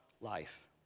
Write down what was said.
life